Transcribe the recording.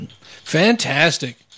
Fantastic